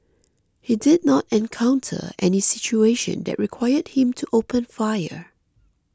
he did not encounter any situation that required him to open fire